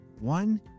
One